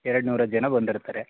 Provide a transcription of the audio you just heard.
ಎರಡು ನೂರು ಜನ ಬಂದಿರ್ತಾರೆ